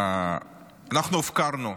אנחנו הופקרנו,